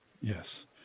Yes